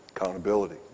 Accountability